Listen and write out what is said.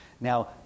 Now